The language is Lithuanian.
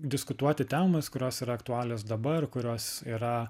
diskutuoti temas kurios yra aktualios dabar kurios yra